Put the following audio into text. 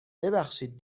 ببخشید